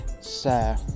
sir